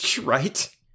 Right